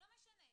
לא משנה.